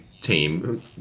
team